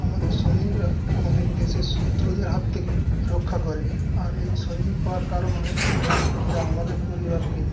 আমাদের সৈনিকরা আমাদের দেশের শত্রুদের হাত থেকে রক্ষা করে আর এই সৈনিক হওয়ার কারণ আরেকটি হল যে আমাদের পরিবারকে